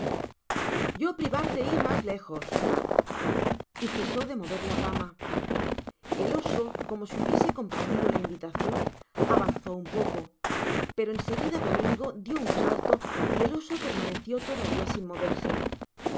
yo privarte ir mas lejos y cesó de mover la rama el oso como si hubiese comprendido la invitacion avanzó un poco p ro en seguida domingo dió un salto y el oso permaneció todavia sin moverse